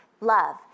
Love